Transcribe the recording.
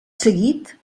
seguit